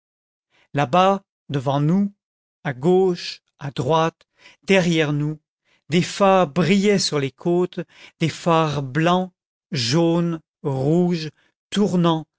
là-bas devant nous à gauche à droite derrière nous des phares brillaient sur les côtes des phares blancs jaunes rouges tournants